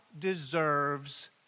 deserves